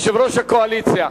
יושב-ראש הקואליציה,